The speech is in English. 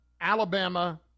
Alabama